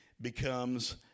becomes